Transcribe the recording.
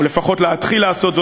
או לפחות להתחיל לעשות זאת,